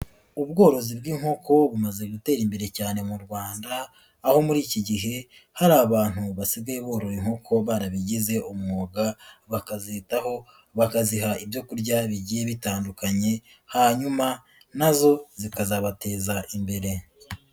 Ubworozi bw'inkoko bumaze gutera imbere cyane mu Rwanda aho muri iki gihe hari abantu basigaye boroyeko barabigize umwuga bakazitaho bakaziha ibyo kurya bigiye bitandukanye hanyuma nazo zikazabateza imbere.